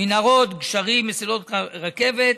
מנהרות, גשרים, מסילות רכבת,